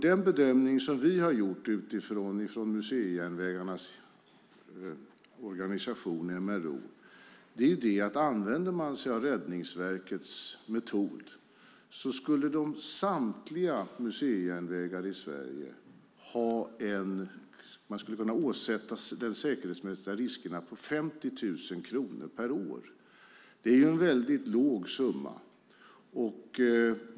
Den bedömning som vi gjort utifrån museijärnvägarnas organisation, MRO, är att använder man sig av Räddningsverkets metod kan de säkerhetsmässiga riskerna för samtliga museijärnvägar i Sverige åsättas en kostnad om 50 000 kronor per år. Det är en mycket liten summa.